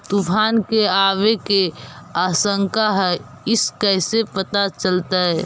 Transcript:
तुफान के आबे के आशंका है इस कैसे पता चलतै?